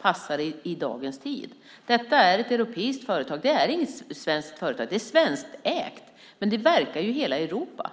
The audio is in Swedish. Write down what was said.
passar i dagens tid. Detta är ett europeiskt företag. Det är inget svenskt företag. Det är svenskägt, men verkar i hela Europa.